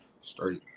straight